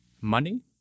money